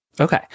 Okay